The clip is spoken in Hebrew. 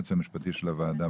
היועץ המשפטי של הוועדה,